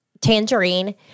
tangerine